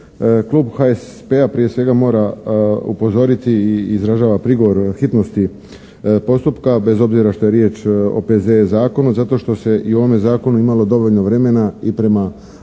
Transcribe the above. Klub HSP-a prije svega mora upozoriti i izražava prigovor hitnosti postupka bez obzira što je riječ o P.Z.E. zakonu zato što se i u ovome zakonu imalo dovoljno vremena i prema